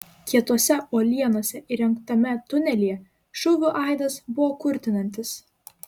kietose uolienose įrengtame tunelyje šūvių aidas buvo kurtinantis